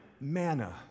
Manna